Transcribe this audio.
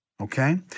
okay